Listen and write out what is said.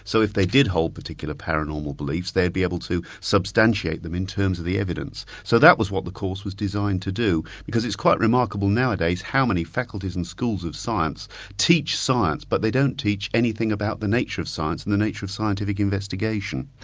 so if they did hold particular paranormal beliefs, they'd be able to substantiate them in terms of the evidence. so that was what the course was designed to do, because it's quite remarkable nowadays how many faculties and schools of science teach science, but they don't teach anything about the nature of science and the nature of scientific investigation.